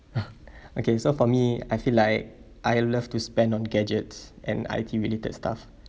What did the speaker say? okay so for me I feel like I love to spend on gadgets and I_T related stuff